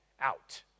Out